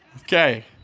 Okay